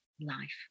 life